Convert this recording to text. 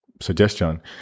suggestion